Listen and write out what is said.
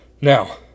Now